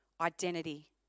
identity